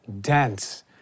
dense